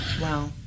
wow